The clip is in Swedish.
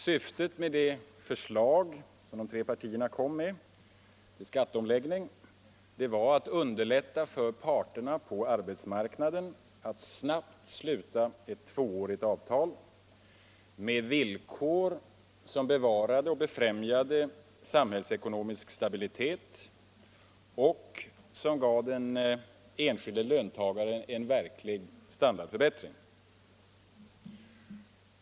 Syftet med det förslag till skatteomläggning som de tre partierna kom med var att underlätta för parterna på arbetsmarknaden att snabbt sluta ett tvåårigt avtal med villkor som bevarade och befrämjade samhällsekonomisk stabilitet och som gav den enskilde löntagaren en verklig standardförbättring.